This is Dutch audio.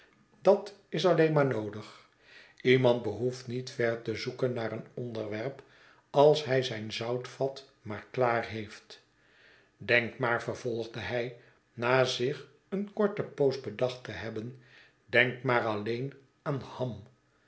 dat is alleen maar noodig iemand behoeft niet ver te zoeken naar een onderwerp als hij zijn zoutvat maar klaar heeft denk maar vervolgde hij na zich eene korte poos bedacht te hebben denk maar alleen aan ham